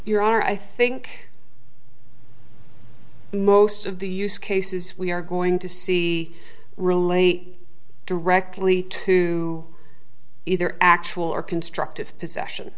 your honor i think most of the use cases we are going to see relate directly to either actual or constructive possession